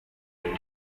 iri